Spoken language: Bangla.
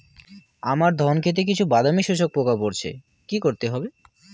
আমার ধন খেতে কিছু বাদামী শোষক পোকা পড়েছে কি করতে হবে?